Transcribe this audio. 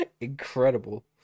Incredible